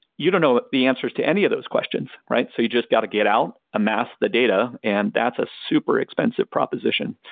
you don't know the answers to any of those questions, right? so you just got to get out, amass the data and that's a super expensive proposition.